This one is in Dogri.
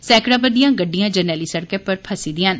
सैंकड़ा बद्दियां गड्डियां जरनैली सड़कै पर फसी दियां न